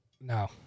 No